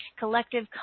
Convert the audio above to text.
collective